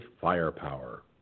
firepower